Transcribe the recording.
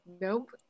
nope